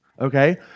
Okay